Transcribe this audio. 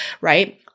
right